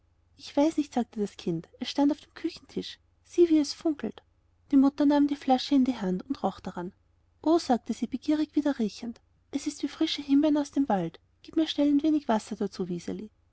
ich weiß nicht sagte das kind es stand auf dem küchentisch sieh wie es funkelt die mutter nahm die flasche in die hand und roch daran o sagte sie begierig wieder riechend es ist wie frische himbeeren aus dem wald gib mir schnell ein wenig wasser